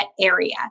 area